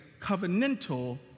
covenantal